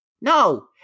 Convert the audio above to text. no